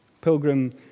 pilgrim